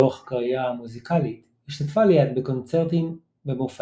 לאורך הקריירה המוזיקלית השתתפה ליאת בקונצרטים במופעים